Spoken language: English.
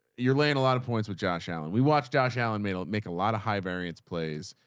you're laying a lot of points with josh allen. we watched josh allen male make a lot of high variance plays.